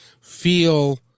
feel